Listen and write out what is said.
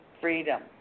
freedom